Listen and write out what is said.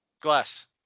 Glass